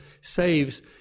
saves